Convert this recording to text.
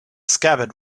scabbard